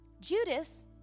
Judas